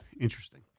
Interesting